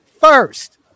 first